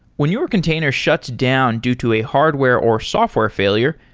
when your container shuts down due to a hardware or software failure,